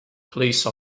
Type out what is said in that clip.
police